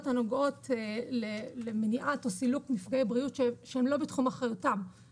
הנוגעות למניעת או סילוק מפגעי בריאות שהם לא בתחום אחריותם.